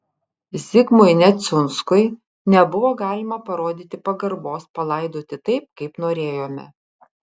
zigmui neciunskui nebuvo galima parodyti pagarbos palaidoti taip kaip norėjome